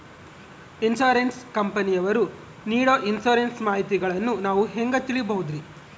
Insurance ಕಂಪನಿಯವರು ನೇಡೊ insurance ಮಾಹಿತಿಗಳನ್ನು ನಾವು ಹೆಂಗ ತಿಳಿಬಹುದ್ರಿ?